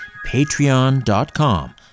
Patreon.com